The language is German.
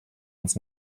uns